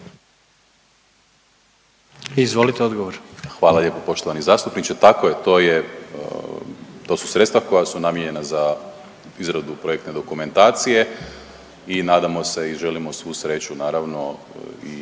Marko** Hvala lijepo poštovani zastupniče. Tako je, to je, to su sredstva koja su namijenjena za izradu projektne dokumentacije i nadamo se i želimo svu sreću naravno i